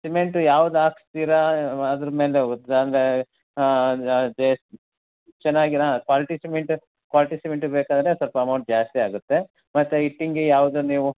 cement ಯಾವ್ದು ಹಾಕ್ಸ್ತಿರ ಅದ್ರ ಮೇಲೆ ಹೋಗುತ್ ಅಂದ್ರೆ ಚೆನ್ನಾಗಿ ಹಾಂ ಕ್ವಾಲ್ಟಿ ಸಿಮೆಂಟ್ ಕ್ವಾಲ್ಟಿ ಸಿಮೆಂಟೆ ಬೇಕಾದರೆ ಸ್ವಲ್ಪ ಅಮೌಂಟ್ ಜಾಸ್ತಿ ಆಗುತ್ತೆ ಮತ್ತೆ ಇಟ್ಟಿಗೆ ಯಾವುದು ನೀವು